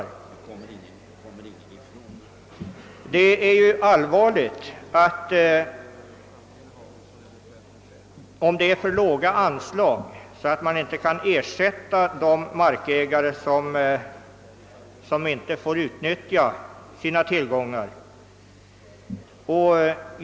Det är allvarligt om anslaget är för lågt, så att man inte kan lämna ersättning till de markägare, som inte får utnyttja sin mark.